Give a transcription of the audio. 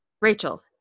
Rachel